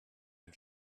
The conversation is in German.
ein